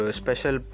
special